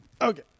okay